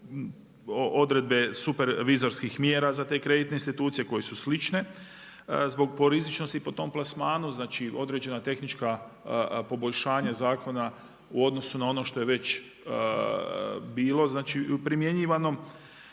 odredbe supervizorskih mjera za te kreditne institucije koje su slične po rizičnosti po tom plasmanu. Znači određena tehnička poboljšanja zakona u odnosu na ono što je već bilo primjenjivano.